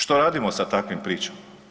Što radimo sa takvim pričama?